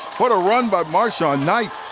what a run by marson-knight.